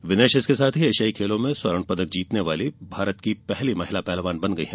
विनेश इसके साथ ही एशियाई खेलों में स्वर्ण पदक जीतने वाली पहली भारतीय महिला पहलवान बन गयीं